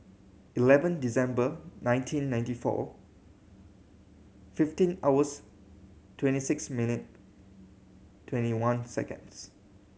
eleven December nineteen ninety four fifteen hours twenty six minute twenty one seconds